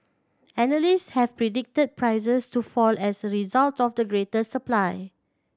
analysts have predicted prices to fall as a result of the greater supply